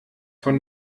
von